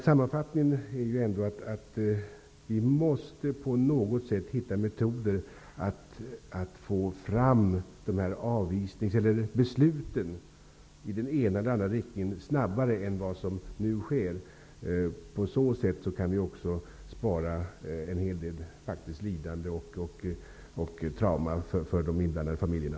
Sammanfattningsvis måste vi på något sätt hitta metoder att få fram dessa beslut i den ena eller andra riktningen snabbare än vad som nu sker. På så sätt kan vi också minska en hel del lidanden och trauman för de inblandade familjerna.